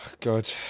god